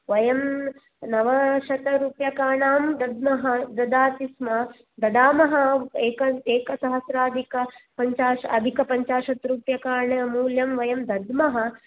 वयं नवशतरूपकानां दद्मः ददाति स्म ददामः एकसहस्राधिकपञ्चाशत् रूपकानां मूल्ये वयं दद्मः